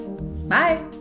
Bye